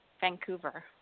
Vancouver